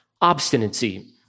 obstinacy